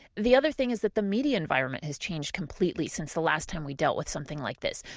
the other thing is that the media environment has changed completely since the last time we dealt with something like this.